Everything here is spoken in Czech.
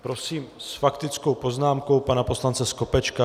Prosím s faktickou poznámkou pana poslance Skopečka.